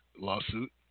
lawsuit